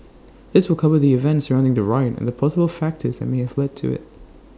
this will cover the events surrounding the riot and the possible factors that may have led to IT